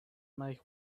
make